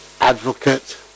advocate